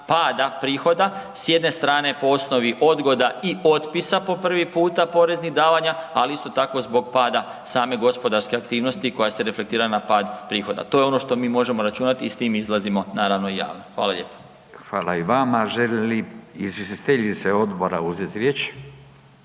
pada prihoda, s jedne strane po osnovi odgoda i otpisa po prvi puta, poreznih davanja, ali isto tako zbog pada same gospodarske aktivnosti koja se reflektira na pad prihoda. To je ono što mi možemo računati i s tim izlazimo, naravno, javno. Hvala lijepo. **Radin, Furio (Nezavisni)** Hvala i vama. Želi li izvjestiteljice odbora uzeti riječ?